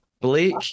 Blake